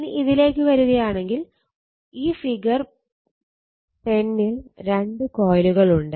ഇനി ഇതിലേക്ക് വരുകയാണെങ്കിൽ ഈ ഫിഗർ 10 ൽ രണ്ട് കോയിലുകൾ ഉണ്ട്